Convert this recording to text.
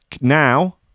now